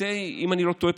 אם אני לא טועה,